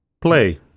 Play